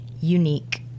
unique